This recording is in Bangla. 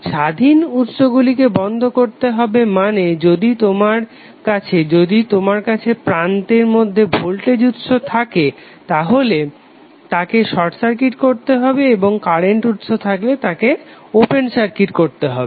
স্বাধীন উৎসগুলিকে বন্ধ করতে হবে মানে যদি প্রান্তের মধ্যে ভোল্টেজ উৎস থাকে তাহলে তাকে শর্ট সার্কিট করতে হবে এবং কারেন্ট উৎস থাকলে তাকে ওপেন সার্কিট করতে হবে